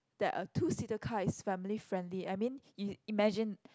that a two seater car is family friendly I mean im~ imagine